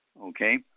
okay